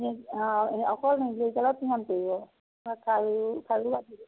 অকল নেকলেচডালত কিমান পৰিব খাৰু খাৰু